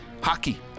Hockey